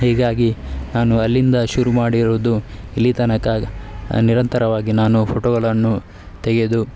ಹೀಗಾಗಿ ನಾನು ಅಲ್ಲಿಂದ ಶುರು ಮಾಡಿರುವುದು ಇಲ್ಲಿ ತನಕ ನಿರಂತರವಾಗಿ ನಾನು ಫೊಟೊಗಳನ್ನು ತೆಗೆದು